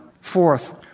Fourth